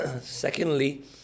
secondly